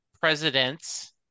presidents